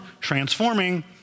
transforming